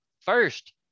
First